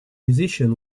musician